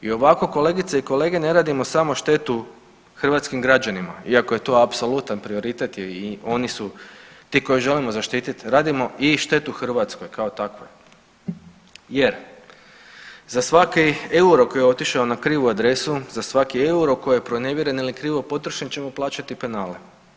I ovako kolegice i kolege ne radimo samo štetu hrvatskim građanima iako je to apsolutan prioritet i oni su ti koje želim zaštititi, radio i štetu Hrvatskoj kao takvoj jer za svaki euro koji je otišao na krivu adresu, za svaki euro koji je pronevjeren ili je krivo potrošen ćemo plaćati penale.